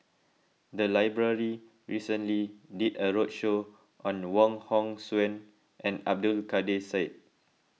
the library recently did a roadshow on Wong Hong Suen and Abdul Kadir Syed